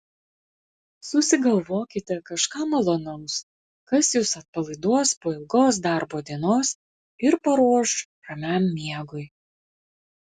susigalvokite kažką malonaus kas jus atpalaiduos po ilgos darbo dienos ir paruoš ramiam miegui